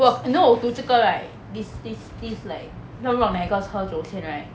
and then 我读这个 right this this this like 要让那一个车走先